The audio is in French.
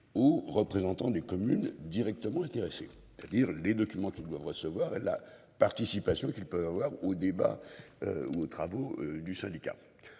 ou représentants des communes directement intéressés, c'est-à-dire les documents qui doivent recevoir la participation qu'il peut avoir au débat. Ou aux travaux du syndicat.